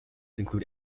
include